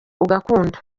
ugakunda